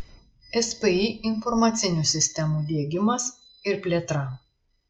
spį informacinių sistemų diegimas ir plėtra